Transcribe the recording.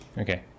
Okay